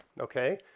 okay